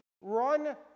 Run